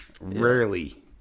rarely